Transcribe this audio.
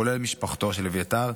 כולל משפחתו של אביתר,